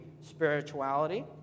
spirituality